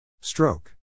Stroke